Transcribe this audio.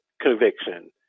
conviction